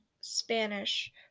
Spanish